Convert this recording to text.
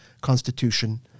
Constitution